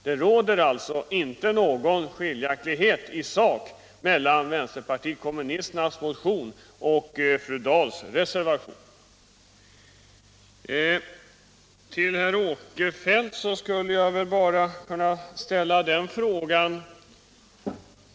Det råder alltså inte någon skiljaktighet i sak mellan vpk:s motion och socialdemokraternas reservation.